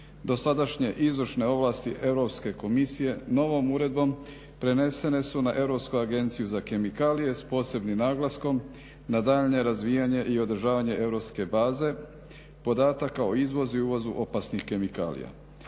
Dosadašnje izvršne ovlasti Europske komisije novom uredbom prenesene su na Europsku agenciju za kemikalije s posebnim naglaskom na daljnje razvijanje i održavanje europske baze podatka o izvozu i uvozu opasnih kemikalija.